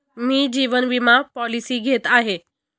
मी जीवन विमा पॉलिसी घेत आहे